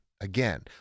Again